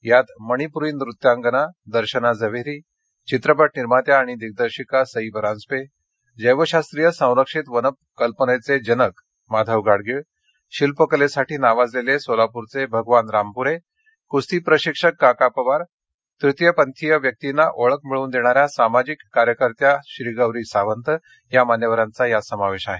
यात मणिप्री नृत्यांगना दर्शना जव्हेरी चित्रपट निर्मात्या आणि दिग्दर्शक सई परांजपे जैवशास्त्रीय संरक्षित वन कल्पनेचे जनक माधव गाडगीळ शिल्पकलेसाठी नावाजलेले सोलापूरचे भगवान रामपूरे कुस्ती प्रशिक्षक काका पवार तृतीयपंथीय व्यक्तींना ओळख मिळवून देणाऱ्या सामाजिक कार्यकर्त्या श्रीगौरी सावंत या मान्यवरांचा समावेश आहे